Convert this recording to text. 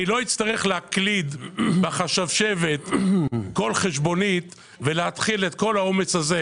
אני לא אצטרך להקליד בחשבשבת כל חשבונית ולהתחיל את כל העומס הזה.